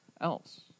else